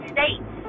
States